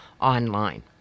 online